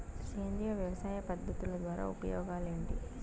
సేంద్రియ వ్యవసాయ పద్ధతుల ద్వారా ఉపయోగాలు ఏంటి?